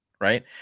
right